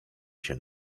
się